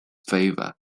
favor